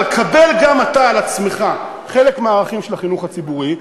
אבל קבל גם אתה על עצמך חלק מהערכים של החינוך הציבורי,